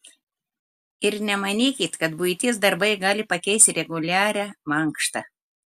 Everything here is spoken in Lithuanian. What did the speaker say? ir nemanykit kad buities darbai gali pakeisti reguliarią mankštą